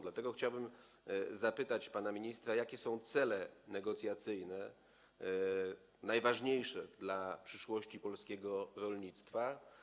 Dlatego chciałbym zapytać pana ministra, jakie cele negocjacyjne są najważniejsze dla przyszłości polskiego rolnictwa.